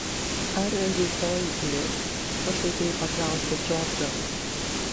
ar rytoj lis pašaipiai paklausė džordžas